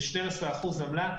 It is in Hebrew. זה יוצא 12% עמלה.